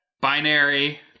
binary